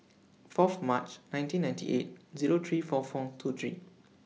Fourth March nineteen ninety eight Zero three four four two three